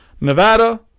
Nevada